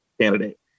candidate